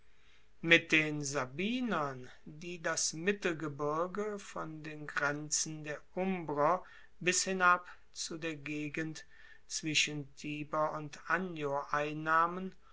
mit den sabinern die das mittelgebirge von den grenzen der umbrer bis hinab zu der gegend zwischen tiber und anio einnahmen